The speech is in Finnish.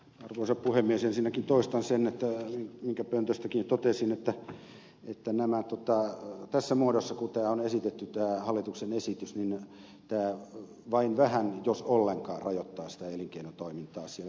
ensinnäkin toistan sen minkä pöntöstäkin totesin että tässä muodossa kuin tämä hallituksen esitys on esitetty tämä vain vähän jos ollenkaan rajoittaa sitä elinkeinotoimintaa siellä